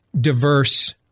diverse